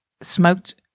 smoked